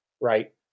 right